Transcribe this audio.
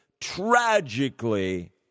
tragically